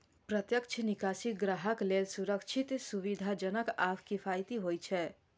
प्रत्यक्ष निकासी ग्राहक लेल सुरक्षित, सुविधाजनक आ किफायती होइ छै